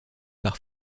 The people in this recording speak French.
par